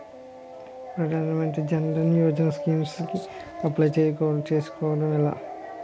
ప్రధాన మంత్రి జన్ ధన్ యోజన స్కీమ్స్ కి అప్లయ్ చేసుకోవడం ఎలా?